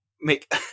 make